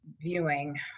viewing